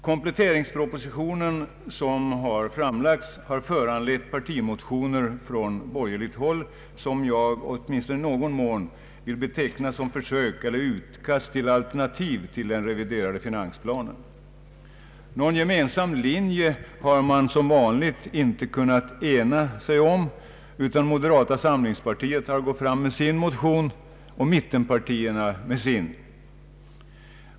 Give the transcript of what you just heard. Kompletteringspropositionen har föranlett partimotioner från borgerligt håll, vilka jag åtminstone i någon mån vill beteckna som försök eller utkast till alternativ till den reviderade finansplanen. Någon gemensam linje har man som vanligt inte kunnat ena sig om, utan moderata samlingspartiet har gått fram med sin motion och mittenpartierna med sin.